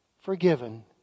forgiven